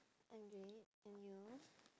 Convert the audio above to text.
I'm great and you